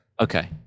Okay